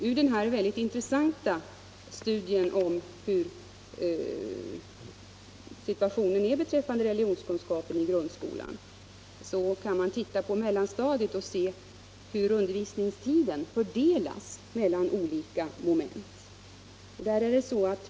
I den mycket intressanta studien om situationen för religionskunskapsämnet i grundskolan kan man läsa hur undervisningstiden på mellanstadiet fördelar sig på olika moment.